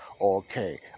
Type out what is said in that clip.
okay